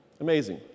Amazing